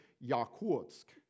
Yakutsk